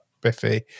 Biffy